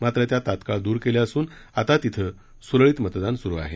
मात्र त्या तात्काळ दूर केल्या असून आता तिथं सूरळीत मतदान सुरू आहे